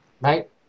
Right